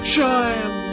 Shine